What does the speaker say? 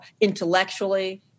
intellectually